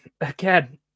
again